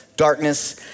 darkness